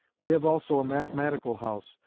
we have also a mathematical house,